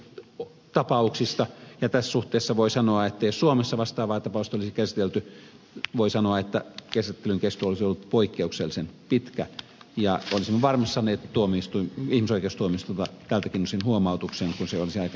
tässä suhteessa voi sanoa että jos suomessa vastaavaa tapausta olisi käsitelty niin käsittelyn kesto olisi ollut poikkeuksellisen pitkä ja olisimme varmasti saaneet ihmisoikeustuomioistuimelta tältäkin osin huomautuksen kun käsittely olisi aikanaan tullut päätökseen